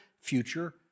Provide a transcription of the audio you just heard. future